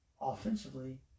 Offensively